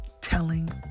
telling